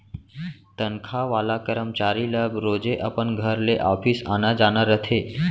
तनखा वाला करमचारी ल रोजे अपन घर ले ऑफिस आना जाना रथे